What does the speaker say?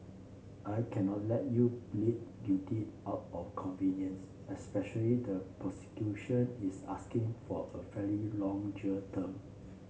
I cannot let you plead guilty out of convenience especially the prosecution is asking for a fairly long jail term